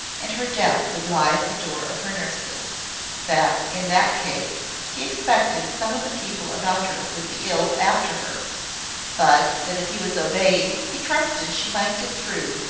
and her death would lie at the door of her nurses that, in that case, he expected some of the people about her would be ill after her but that if he was obeyed, he trusted she might get through,